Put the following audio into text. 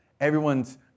everyone's